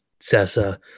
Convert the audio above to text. Sessa